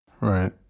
Right